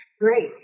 Great